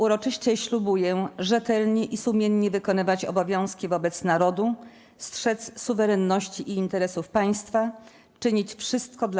Uroczyście ślubuję rzetelnie i sumiennie wykonywać obowiązki wobec Narodu, strzec suwerenności i interesów Państwa, czynić wszystko dla